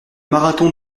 marathon